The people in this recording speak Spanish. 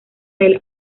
del